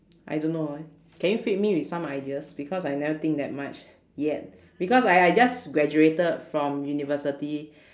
I don't know eh can you feed me with some ideas because I never think that much yet because I I just graduated from university